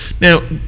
Now